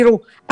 תראו,